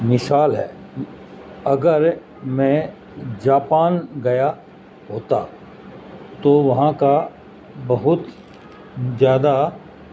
مثال ہے اگر میں جاپان گیا ہوتا تو وہاں کا بہت زیادہ